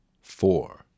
four